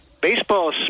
baseball